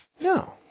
No